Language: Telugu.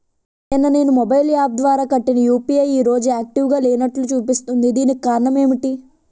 నిన్న నేను మొబైల్ యాప్ ద్వారా కట్టిన యు.పి.ఐ ఈ రోజు యాక్టివ్ గా లేనట్టు చూపిస్తుంది దీనికి కారణం ఏమిటి?